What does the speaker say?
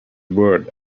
words